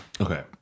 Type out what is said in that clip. Okay